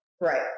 Right